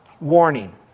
Warning